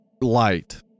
light